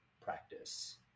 practice